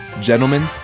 gentlemen